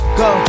go